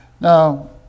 Now